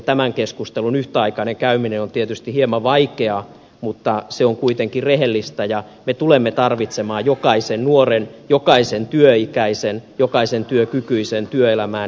tämän keskustelun yhtäaikainen käyminen on tietysti hieman vaikeaa mutta se on kuitenkin rehellistä ja me tulemme tarvitsemaan jokaisen nuoren jokaisen työikäisen jokaisen työkykyisen työelämään